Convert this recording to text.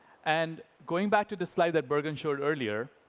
and going back to the slide that burgan showed earlier,